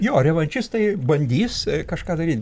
jo revanšistai bandys kažką daryt